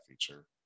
feature